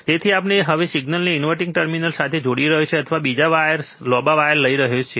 તેથી આપણે હવે સિગ્નલને ઇન્વર્ટીંગ ટર્મિનલ સાથે જોડી રહ્યા છીએ અથવા તમે બીજા વાયર લાંબા વાયર લઈ શકો છો